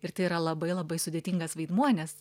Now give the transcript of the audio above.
ir tai yra labai labai sudėtingas vaidmuo nes